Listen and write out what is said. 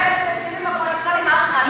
לשלם את ההסכמים הקואליציוניים החדשים,